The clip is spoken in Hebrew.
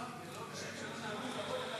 ההצעה להעביר את